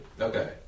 okay